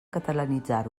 catalanitzar